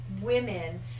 women